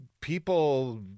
people